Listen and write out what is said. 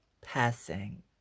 passing